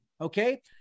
Okay